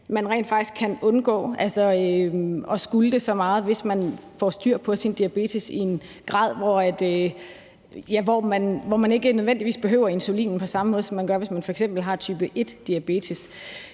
man rent faktisk kan undgå at skulle det så meget, hvis man får styr på sin diabetes i en grad, hvor man ikke nødvendigvis behøver insulin på samme måde, som man gør, hvis man f.eks. har type 1-diabetes.